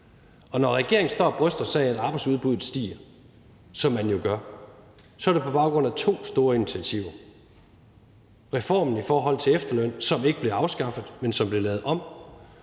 Og når regeringen står og bryster sig af, at arbejdsudbuddet stiger, som man jo gør, så er det på baggrund af to store initiativer. Det er reformen i forhold til efterløn, som ikke blev afskaffet, men som blev lavet om,